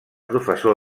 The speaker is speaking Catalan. professor